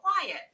quiet